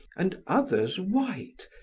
and others white,